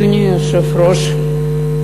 אדוני היושב-ראש,